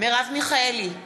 מרב מיכאלי,